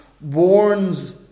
warns